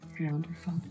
Wonderful